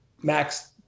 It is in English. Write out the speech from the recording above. max